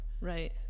right